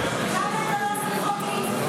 למה אתה לא מעביר חוק שמקפיא את המחירים בימי מלחמה?